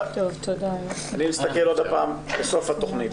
אני מסתכל עוד פעם בסוף התכנית,